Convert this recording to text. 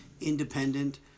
Independent